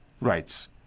rights